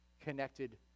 connected